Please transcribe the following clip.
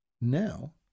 now